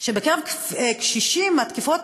שבתקיפות